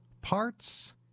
parts